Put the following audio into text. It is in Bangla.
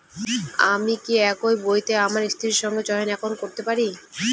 আমি কি একই বইতে আমার স্ত্রীর সঙ্গে জয়েন্ট একাউন্ট করতে পারি?